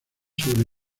sobre